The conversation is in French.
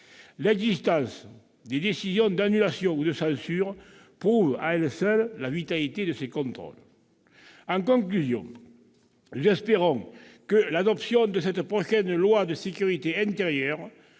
L'existence de décisions d'annulation ou de censure prouve à elle seule la vitalité de ces contrôles. En conclusion, nous espérons que l'adoption de cette prochaine loi de sécurité intérieure